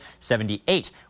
78